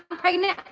pregnant?